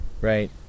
right